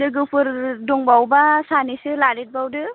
लोगोफोर दंबावोब्ला सानैसो लादेरबावदो